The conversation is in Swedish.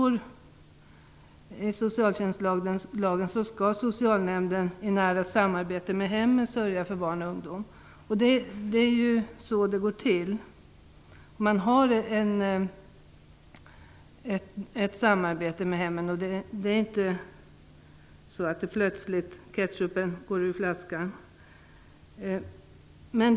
Enligt socialtjänstlagen skall socialnämnden i nära samarbete med hemmet sörja för barn och ungdom. Det är ju så som det går till. Man har ett samarbete med hemmet, och det är inte så att "ketchupen plötsligt kommer ut ur flaskan".